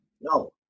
No